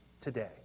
today